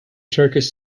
turkish